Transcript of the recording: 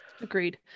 Agreed